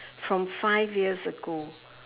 from five years ago